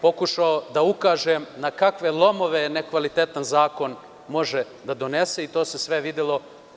Pokušao sam da ukažem na kakve lomove nekvalitetan zakon može da donese i to se videlo.